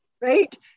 right